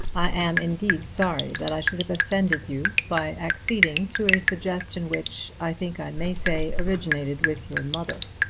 i am indeed sorry that i should have offended you by acceding to a suggestion which, i think i may say, originated with your mother.